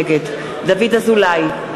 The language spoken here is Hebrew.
נגד דוד אזולאי,